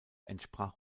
entsprach